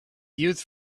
used